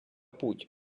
путь